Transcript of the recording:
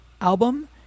album